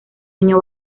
año